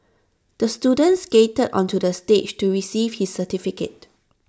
the student skated onto the stage to receive his certificate